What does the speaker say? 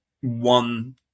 one